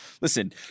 Listen